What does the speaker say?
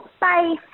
Bye